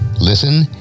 listen